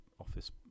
office